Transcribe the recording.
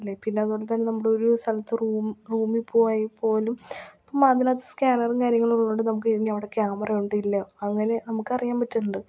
പിന്നെ അതുപോലെ തന്നെ നമ്മൾ ഒരു സ്ഥലത്ത് റൂം റൂമിൽ പോയാൽ പോലും ഇപ്പം അതിനകത്ത് സ്കാനറും കാര്യങ്ങളും ഉള്ളത് കൊണ്ട് നമുക്ക് അവിടെ ക്യാമറ ഉണ്ട് ഇല്ല അങ്ങനെ നമുക്ക് അറിയാൻ പറ്റുന്നുണ്ട്